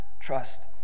trust